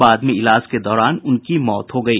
बाद में इलाज के दौरान उनकी मौत हो गयी